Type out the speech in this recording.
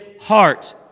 heart